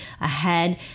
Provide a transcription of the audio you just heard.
ahead